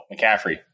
McCaffrey